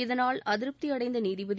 இதனால் அதிருப்தியடைந்த நீதிபதி